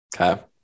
Okay